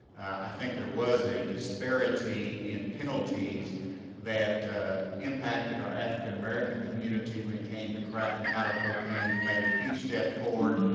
i think there was a disparity in penalties that impacted our african-american community when it came to crack and powder cocaine. we made a huge step forward.